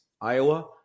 Iowa